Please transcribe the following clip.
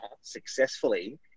successfully